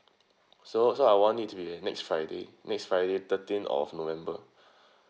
so so I want it to be next friday next friday thirteen of november